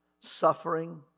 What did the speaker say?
suffering